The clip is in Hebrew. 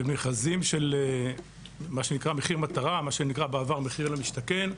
ומכרזים של מחיר מטרה, מה שנקרא בעבר מחיר למשתכן,